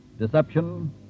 Deception